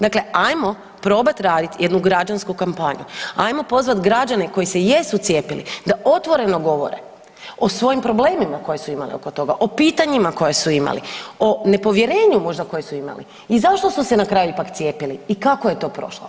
Dakle, ajmo probat radit jednu građansku kampanju, ajmo pozvat građane koji se jesu cijepili da otvoreno govore o svojim problemima koje su imali oko toga, o pitanjima koje su imali, o nepovjerenju možda koje su imali i zašto su se na kraju ipak cijepili i kako je to prošlo.